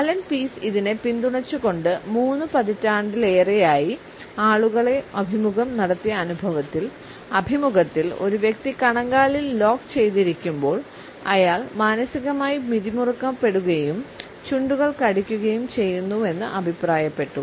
Allen Pease ഇതിനെ പിന്തുണച്ചുകൊണ്ട് മൂന്ന് പതിറ്റാണ്ടിലേറെയായി ആളുകളെ അഭിമുഖം നടത്തിയ അനുഭവത്തിൽ അഭിമുഖത്തിൽ ഒരു വ്യക്തി കണങ്കാലിൽ ലോക്ക് ചെയ്തിരിക്കുമ്പോൾ അയാൾ മാനസികമായി പിരിമുറുക്കപ്പെടുകയും ചുണ്ടുകൾ കടിക്കുകയും ചെയ്യുന്നുവെന്ന് അഭിപ്രായപ്പെട്ടു